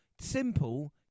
simple